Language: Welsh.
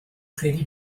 credu